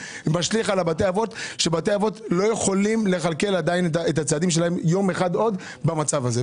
בתי האבות לא יכולים לכלכל את הצעדים שלהם עוד יום אחד במצב הזה.